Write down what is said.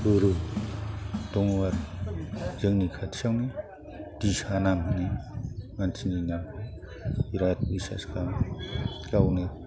गुरु दङ आरोखि जोंनि खाथियावनो दिसा नाम होनो मानसिनि नाम बिराद बिसास खालामो गावनो